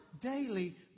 daily